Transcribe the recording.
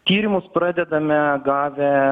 tyrimus pradedame gavę